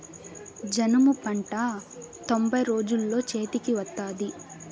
జనుము పంట తొంభై రోజుల్లో చేతికి వత్తాది